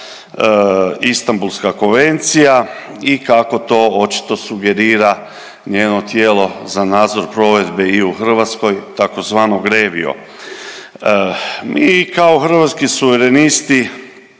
Istanbulska konvencija i kako to očito sugerira njeno tijelo za nadzor provedbe i u Hrvatskoj tzv. GREVIO. Mi kao Hrvatski suverenisti